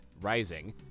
Rising